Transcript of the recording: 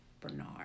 Bernard